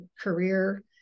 career